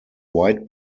wide